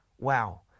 Wow